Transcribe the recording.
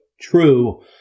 true